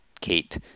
Kate